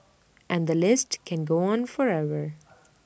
and the list can go on forever